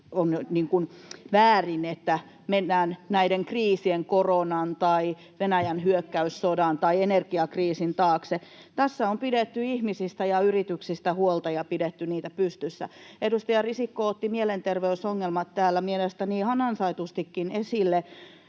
on väärin, että mennään näiden kriisien, koronan tai Venäjän hyökkäyssodan tai energiakriisin, taakse. Tässä on pidetty ihmisistä ja yrityksistä huolta ja pidetty niitä pystyssä. Edustaja Risikko otti mielenterveysongelmat täällä mielestäni ihan ansaitustikin esille.